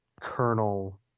kernel